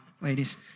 ladies